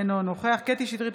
אינו נוכח קטי קטרין שטרית,